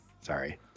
Sorry